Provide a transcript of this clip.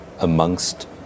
amongst